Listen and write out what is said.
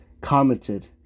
Commented